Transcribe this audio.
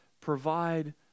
provide